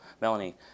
Melanie